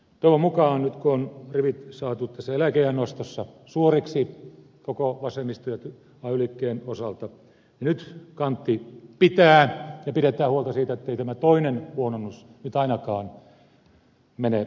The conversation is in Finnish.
toivon mukaan nyt kun rivit on saatu tässä eläkeiän nostossa suoriksi koko vasemmiston ja ay liikkeen osalta kantti pitää ja pidetään huolta siitä ettei tämä toinen huononnus nyt ainakaan mene läpi